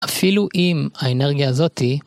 אפילו אם האנרגיה הזאתי